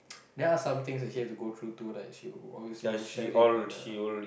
there are somethings that she have to go through to like she will always will share it in the